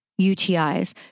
UTIs